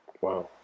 Wow